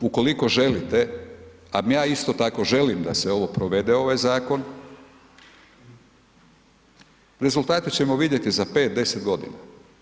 Ukoliko želite, a ja isto tako želim da se ovo provede, ovaj zakon, rezultate ćemo vidjeti, za 5, 10 godina.